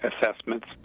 assessments